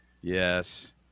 yes